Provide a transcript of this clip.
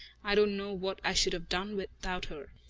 i don't know what i should have done without her.